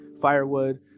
firewood